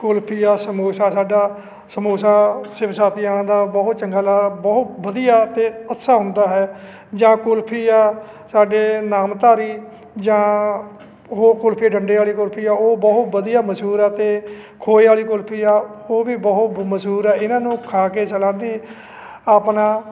ਕੁਲਫੀ ਆ ਸਮੋਸਾ ਸਾਡਾ ਸਮੋਸਾ ਸ਼ਿਵ ਸਾਦੀਆਂ ਦਾ ਬਹੁਤ ਚੰਗਾ ਲ ਬਹੁਤ ਵਧੀਆ ਅਤੇ ਅੱਛਾ ਹੁੰਦਾ ਹੈ ਜਾਂ ਕੁਲਫੀ ਆ ਸਾਡੇ ਨਾਮਧਾਰੀ ਜਾਂ ਉਹ ਕੁਲਫੀ ਡੰਡੇ ਵਾਲੀ ਕੁਲਫੀ ਆ ਉਹ ਬਹੁਤ ਵਧੀਆ ਮਸ਼ਹੂਰ ਆ ਅਤੇ ਖੋਏ ਵਾਲੀ ਕੁਲਫੀ ਆ ਉਹ ਵੀ ਬਹੁਤ ਮਸ਼ਹੂਰ ਆ ਇਹਨਾਂ ਨੂੰ ਖਾ ਕੇ ਸੈਲਾਨੀ ਆਪਣਾ